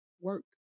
work